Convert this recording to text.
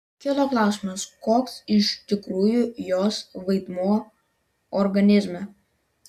kilo klausimas koks iš tikrųjų jos vaidmuo organizme